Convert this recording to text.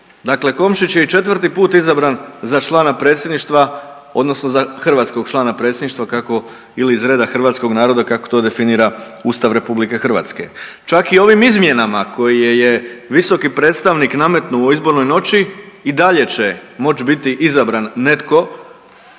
predsjedništva odnosno za hrvatskog člana predsjedništva kako ili iz reda hrvatskog naroda kako to definira Ustav RH. Čak i ovim izmjenama koje je visoki predstavnik nametnuo u izbornoj noći i dalje će moć biti izabran netko